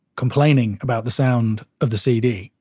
complaining about the sound of the cd.